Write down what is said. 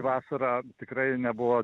vasara tikrai nebuvo